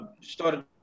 started